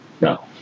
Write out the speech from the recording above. No